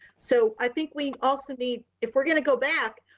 so i think we also need, if we're gonna go back,